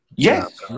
Yes